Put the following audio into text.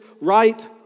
right